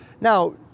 Now